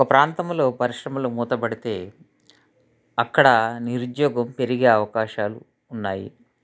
ఒక ప్రాంతంలో పరిశ్రమలు మూతబడితే అక్కడ నిరుద్యోగం పెరిగే అవకాశాలు ఉన్నాయి